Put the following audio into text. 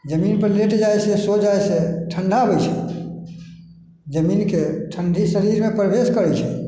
जमीनपर लेट जाइ छै सो जाइ छै ठण्डा आबै छै जमीनके ठण्डी शरीरमे प्रवेश करै छै